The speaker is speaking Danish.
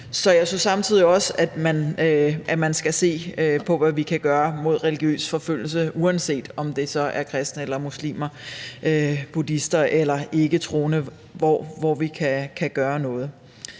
Så jeg synes samtidig også, at man skal se på, hvad vi kan gøre mod religiøs forfølgelse, uanset om det så er kristne eller muslimer, buddhister eller ikketroende, hvor vi kan gøre noget.